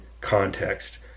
context